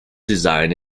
design